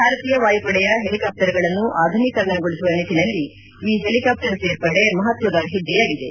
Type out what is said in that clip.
ಭಾರತೀಯ ವಾಯುಪಡೆಯ ಹೆಲಿಕಾಪ್ಟರ್ಗಳನ್ನು ಆಧುನೀಕರಣಗೊಳಿಸುವ ನಿಟ್ಟಿನಲ್ಲಿ ಈ ಹೆಲಿಕಾಪ್ಟರ್ ಸೇರ್ಪಡೆ ಮಹತ್ವದ ಹೆಜ್ಜೆಯಾಗಿದೆ